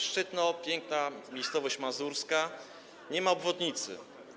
Szczytno, piękna miejscowość mazurska, nie ma obwodnicy.